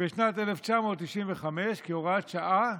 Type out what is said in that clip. בשנת 1995 כהוראת שעה,